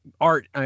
art